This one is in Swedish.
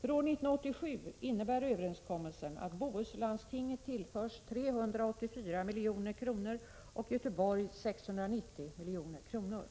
För år 1987 innebär överenskommelsen att Bohuslandstinget tillförs 384 milj.kr. och Göteborg 690 milj.kr.